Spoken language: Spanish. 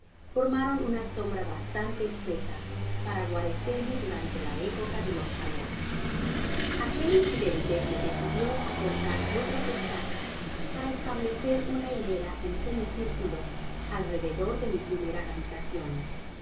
formaron una sombra bastante espesa para guare cerme durante la época de los calores aquel incidente me decidio á cortar otras estacas para establecer una hilera en semicirculo alrededor de mi primera habitacion